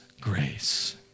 grace